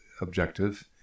objective